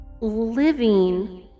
living